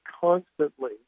constantly